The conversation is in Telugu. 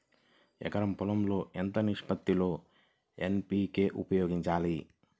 ఎకరం పొలం లో ఎంత నిష్పత్తి లో ఎన్.పీ.కే ఉపయోగించాలి?